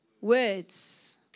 words